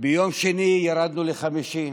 ביום שני ירדנו ל-50,